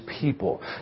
people